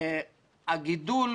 הגידול,